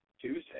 Tuesday